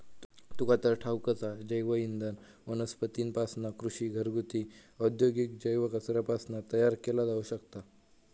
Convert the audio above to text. तुका तर ठाऊकच हा, जैवइंधन वनस्पतींपासना, कृषी, घरगुती, औद्योगिक जैव कचऱ्यापासना तयार केला जाऊ शकता